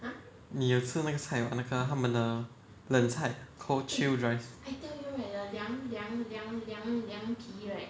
你有吃那个菜吗那个他们的冷菜 cold chill rice